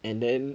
and then